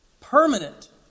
Permanent